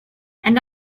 and